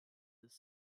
this